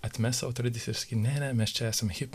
atmest savo tradicijas sakyt ne mes čia esam hip